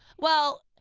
well,